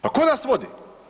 Pa ko nas vodi?